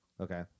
Okay